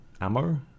ammo